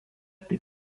taip